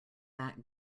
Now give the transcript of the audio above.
back